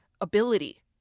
ability